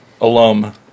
alum